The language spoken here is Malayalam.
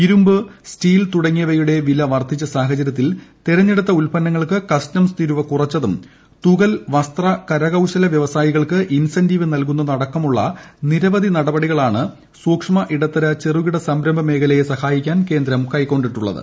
ഇരുമ്പ് സ്റ്റീൽ തുടങ്ങിയവയുടെ വില വർധിച്ച സാഹചര്യത്തിൽ തിരഞ്ഞെടുത്ത ഉത്പന്നങ്ങൾക്ക് കസ്റ്റംസ് തീരുവ കുറച്ചതും തുകൽ വസ്ത്ര കരകൌശല വൃവസായികൾക്ക് ഇൻസെന്റീവ് നൽകുന്നതുമടക്കം നിരവധി നടപടികളാണ് സൂക്ഷ്മ ഇടത്തര ചെറുകിട സംരംഭമേഖലയെ സഹായിക്കാൻ കേന്ദ്രം കൈക്കൊണ്ടിട്ടുള്ളത്